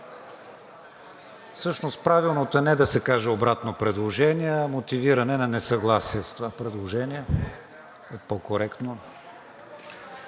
Всъщност правилното е не да се каже обратно предложение, а мотивиране на несъгласие с това предложение е по-коректно.